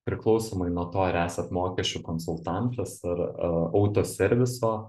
priklausomai nuo to ar esat mokesčių konsultantas ar a autoserviso